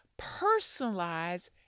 personalize